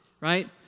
right